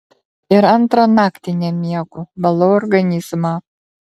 ir antrą naktį nemiegu valau organizmą